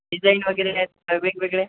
design वगैरे काय वेगवेगळे